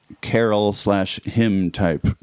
carol-slash-hymn-type